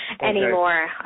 anymore